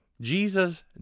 jesus